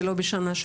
ולא בשנה.